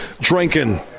drinking